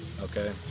Okay